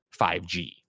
5G